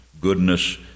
goodness